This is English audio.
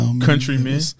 Countrymen